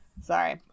Sorry